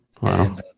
Wow